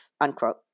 unquote